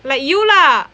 like you lah